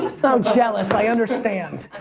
i'm jealous, i understand.